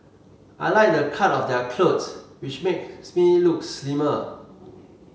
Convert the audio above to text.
I like the cut of their clothes which makes me look slimmer